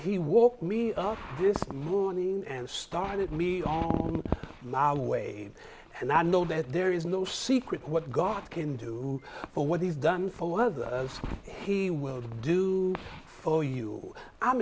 he woke me up this morning and started me on my way and i know that there is no secret what god can do for what he's done for whether he will do for you i'm